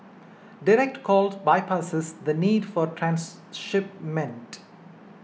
direct calls bypasses the need for transshipment